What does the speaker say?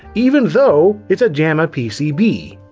even though it's a jamma pcb.